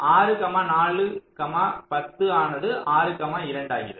6 4 10 ஆனது 6 2 ஆகிறது